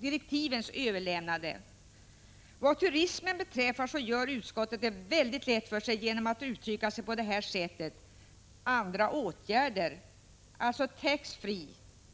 direktivens överlämnande. Vad turismen beträffar gör utskottet det mycket lätt för sig genom att tala om andra åtgärder. Med detta menar man tax-free-försäljning.